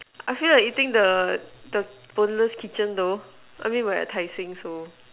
I feel like eating the the boneless kitchen though I mean we're at Tai-Seng so